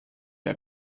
der